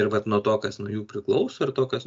ir vat nuo to kas nuo jų priklauso ir to kas